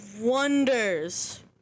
wonders